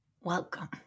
welcome